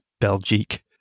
Belgique